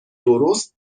درست